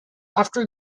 after